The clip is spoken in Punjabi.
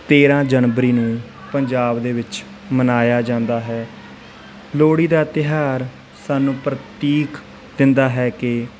ਤੇਰ੍ਹਾਂ ਜਨਵਰੀ ਨੂੰ ਪੰਜਾਬ ਦੇ ਵਿੱਚ ਮਨਾਇਆ ਜਾਂਦਾ ਹੈ ਲੋਹੜੀ ਦਾ ਤਿਉਹਾਰ ਸਾਨੂੰ ਪ੍ਰਤੀਕ ਦਿੰਦਾ ਹੈ ਕਿ